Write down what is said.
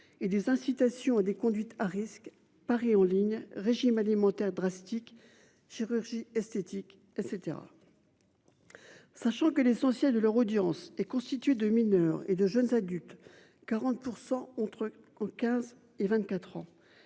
et des incitations des conduites à risques paris en ligne régime alimentaire drastique chirurgie esthétique et cetera. Sachant que l'essentiel de leur audience est constitué de mineurs et de jeunes adultes 40% entre 15 et 24 ans.